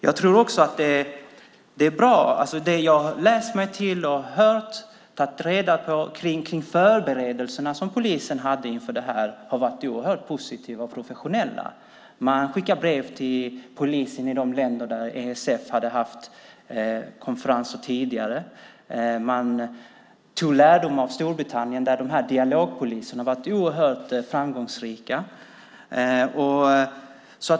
Av vad jag har läst mig till, hört och tagit reda på om de förberedelser som polisen gjorde inför det här förstår jag att de har varit oerhört positiva och professionella. Man skickade brev till polisen i de länder där ESF hade haft konferenser tidigare. Man tog lärdom av Storbritannien, där dialogpoliserna har varit oerhört framgångsrika.